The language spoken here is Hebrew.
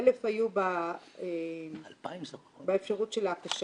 ו-1,000 היו באפשרות של ההקשה.